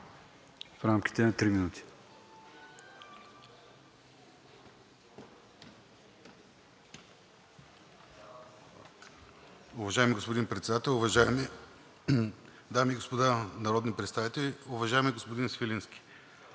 в рамките на три минути.